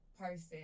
person